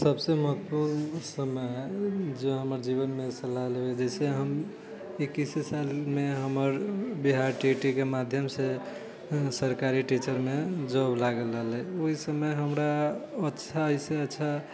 सबसे महत्वपूर्ण समय जे हमर जीवनमे सलाह लेबै जाहिसे हम इक्कीसे सालमे हमर बिहार टेट के माध्यम से सरकारी टीचर मे जॉब लागल रहलै ओहि समय हमरा अच्छा एहिसे अच्छा